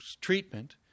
treatment